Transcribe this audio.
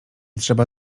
trzeba